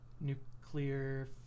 nuclear